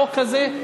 החוק הזה,